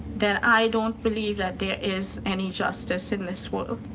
then i don't believe that there is any justice in this world.